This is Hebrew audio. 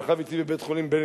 שכב אתי בבית-החולים "בילינסון".